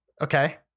Okay